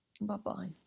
Bye-bye